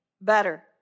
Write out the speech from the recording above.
better